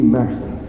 mercy